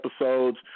episodes